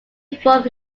evolve